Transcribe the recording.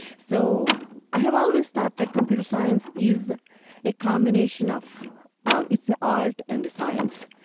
so i have always thought that computer science is a combination of of it's an art and a science,